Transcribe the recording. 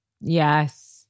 Yes